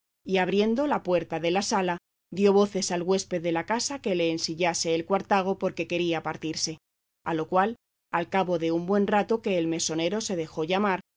y abriendo la puerta de la sala dio voces al huésped de casa que le ensillase el cuartago porque quería partirse a lo cual al cabo de un buen rato que el mesonero se dejó llamar